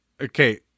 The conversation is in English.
okay